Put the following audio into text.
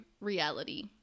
reality